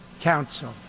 Council